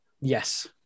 Yes